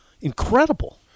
incredible